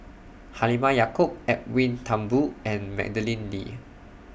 Halimah Yacob Edwin Thumboo and Madeleine Lee